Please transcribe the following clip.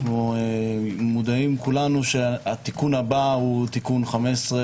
אנחנו מודעים כולנו לכך שהתיקון הבא הוא תיקון 15,